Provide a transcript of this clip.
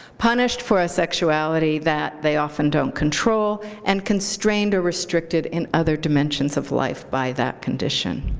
punished for a sexuality that they often don't control, and constrained or restricted in other dimensions of life by that condition.